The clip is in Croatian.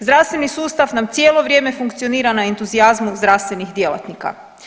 Zdravstveni sustav nam cijelo vrijeme funkcionira na entuzijazmu zdravstvenih djelatnika.